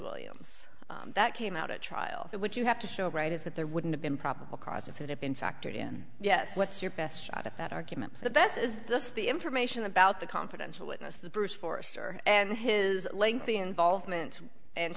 williams that came out at trial which you have to show right is that there wouldn't have been probable cause if it had been factored in yes what's your best shot at that argument that this is this the information about the confidential witness that bruce forrester and his lengthy involvement and